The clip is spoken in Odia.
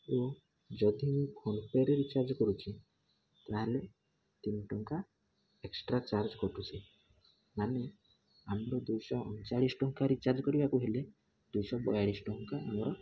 ଓ ଯଦି ମୁଁ ଫୋନ୍ ପେରେ ରିଚାର୍ଜ କରୁଛି ତାହେଲେ ତିନି ଟଙ୍କା ଏକ୍ସଟ୍ରା ଚାର୍ଜ୍ କଟୁଛି ମାନେ ଆମର ଦୁଇଶହ ଅଣଚାଳିଶି ଟଙ୍କା ରିଚାର୍ଜ୍ କରିବାକୁ ହେଲେ ଦୁଇଶହ ବୟାଳିଶି ଟଙ୍କା ଆମର